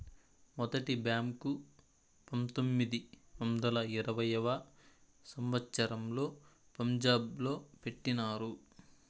మొదటి బ్యాంకు పంతొమ్మిది వందల ఇరవైయవ సంవచ్చరంలో పంజాబ్ లో పెట్టినారు